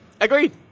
Agreed